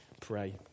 pray